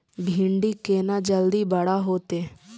भिंडी केना जल्दी बड़ा होते?